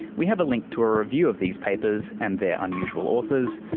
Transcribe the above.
we have a link to a review of these papers, and their unusual authors,